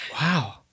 Wow